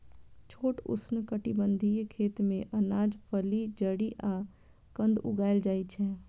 छोट उष्णकटिबंधीय खेत मे अनाज, फली, जड़ि आ कंद उगाएल जाइ छै